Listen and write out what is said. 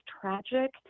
tragic